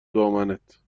دامنت